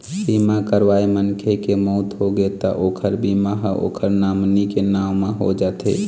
बीमा करवाए मनखे के मउत होगे त ओखर बीमा ह ओखर नामनी के नांव म हो जाथे